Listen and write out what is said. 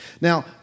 Now